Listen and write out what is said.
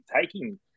taking